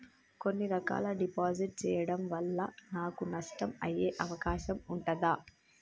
కొన్ని రకాల డిపాజిట్ చెయ్యడం వల్ల నాకు నష్టం అయ్యే అవకాశం ఉంటదా?